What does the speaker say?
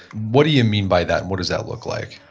what do you mean by that? and what does that look like?